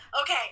Okay